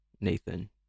Nathan